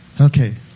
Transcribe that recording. Okay